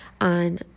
on